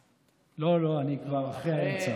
לא, לא, אני כבר אחרי האמצע.